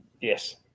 Yes